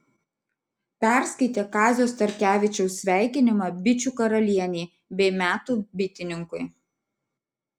perskaitė kazio starkevičiaus sveikinimą bičių karalienei bei metų bitininkui